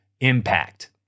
impact